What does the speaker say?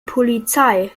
polizei